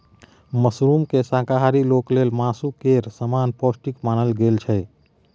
मशरूमकेँ शाकाहारी लोक लेल मासु केर समान पौष्टिक मानल गेल छै